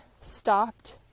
stopped